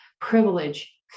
privilege